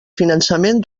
finançament